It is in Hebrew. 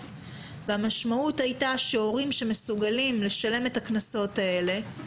והמשמעות הייתה שהורים שמסוגלים לשלם את הקנסות האלה,